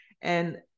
and-